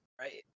Right